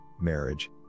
marriage